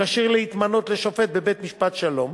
שכשיר להתמנות לשופט בית-משפט שלום,